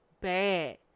bad